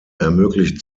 ermöglicht